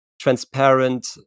transparent